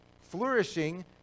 flourishing